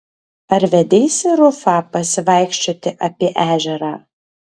ar vedeisi rufą pasivaikščioti apie ežerą